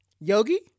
Yogi